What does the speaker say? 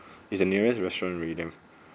is the nearest restaurant really